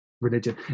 religion